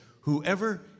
whoever